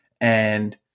And-